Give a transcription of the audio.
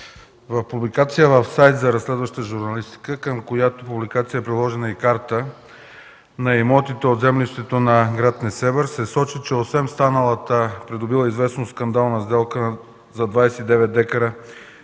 в публикация в сайт за разследваща журналистика, към която е приложена и карта на имотите от землището на гр. Несебър се сочи, че освен придобилата известност скандална сделка за 29 декара